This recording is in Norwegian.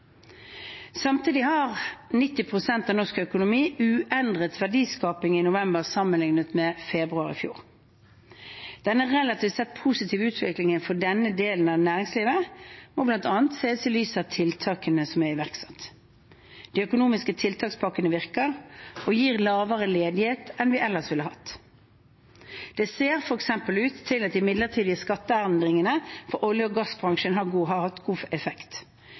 Samtidig har 90 pst. av norsk økonomi uendret verdiskaping i november sammenlignet med februar i fjor. Denne relativt sett positive utviklingen for denne delen av næringslivet må bl.a. ses i lys av tiltakene som er iverksatt. De økonomiske tiltakspakkene virker og gir lavere ledighet enn vi ellers ville hatt. Det ser f.eks. ut til at de midlertidige skatteendringene for olje- og gassbransjen har